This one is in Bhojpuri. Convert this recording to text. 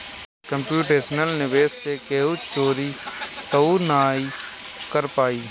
कम्प्यूटेशनल निवेश से केहू चोरी तअ नाही कर पाई